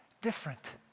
different